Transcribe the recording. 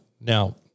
Now